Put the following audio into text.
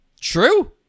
True